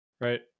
right